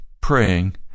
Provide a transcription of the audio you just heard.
praying